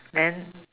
then